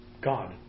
God